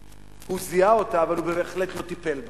הוא זיהה אותה אבל בהחלט לא טיפל בה,